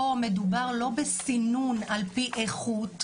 פה מדובר לא בסינון על פי איכות,